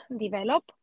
develop